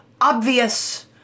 obvious